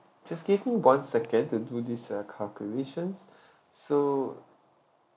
just give me one second to do this uh calculations so